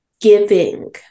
giving